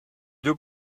deux